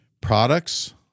products